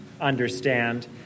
understand